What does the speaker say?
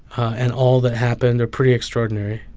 and all that happened are pretty extraordinary.